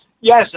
Yes